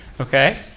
okay